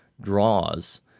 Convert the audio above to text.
draws